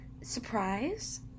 surprise